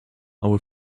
our